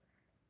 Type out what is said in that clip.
跟